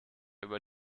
über